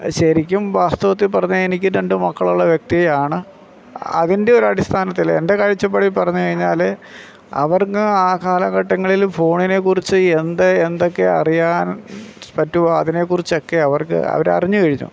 ശരിക്കും വാസ്തവത്തിൽ പറഞ്ഞാൽ എനിക്ക് രണ്ട് മക്കളുള്ള വ്യക്തിയാണ് അതിൻ്റെ ഒരു അടിസ്ഥാനത്തിൽ എൻ്റെ കാഴ്ച്ചപ്പാടിൽ പറഞ്ഞ് കഴിഞ്ഞാൽ അവർക്ക് ആ കാലഘട്ടങ്ങളിലും ഫോണിനെക്കുറിച്ച് എന്ത് എന്തൊക്കെ അറിയാൻ പറ്റുമോ അതിനെക്കുറിച്ചൊക്കെ അവർക്ക് അവർ അറിഞ്ഞു കഴിഞ്ഞു